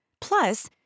Plus